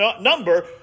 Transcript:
number